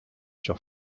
sur